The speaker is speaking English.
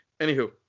Anywho